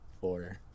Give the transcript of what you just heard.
Four